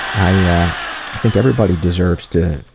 i yeah think everybody deserves to